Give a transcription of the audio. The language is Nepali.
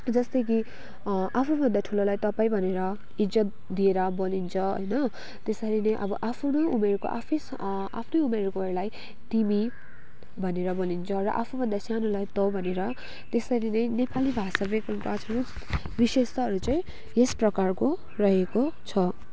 जस्तै कि आफूभन्दा ठुलोलाई तपाईँ भनेर इज्जत दिएर बोलिन्छ होइन त्यसरी नै अब आफ्नो उमेरको आफू आफ्नै उमेरकोहरूलाई तिमी भनेर बोलिन्छ र आफू भन्दा सानोलाई तँ भनेर त्यसरी नै नेपाली भाषा व्याकरणको विशेषताहरू चाहिँ यस प्रकारको रहेको छ